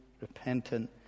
repentant